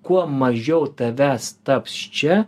kuo mažiau tavęs taps čia